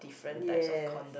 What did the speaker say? ya